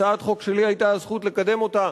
הצעת חוק שלי היתה הזכות לקדם אותה,